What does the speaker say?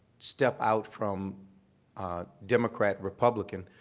step out from democrat republican.